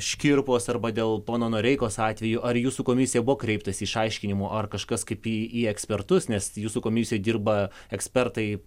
škirpos arba dėl pono noreikos atveju ar jūsų komisija buvo kreiptasi išaiškinimo ar kažkas kaip į į ekspertus nes jūsų komisijoj dirba ekspertai